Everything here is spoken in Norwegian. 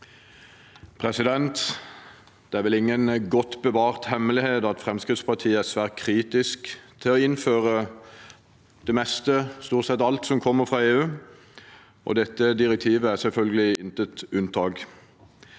Det er vel ingen godt bevart hemmelighet at Fremskrittspartiet er svært kritisk til å innføre det meste, stort sett alt, som kommer fra EU. Dette direktivet er selvfølgelig intet unntak.